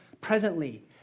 presently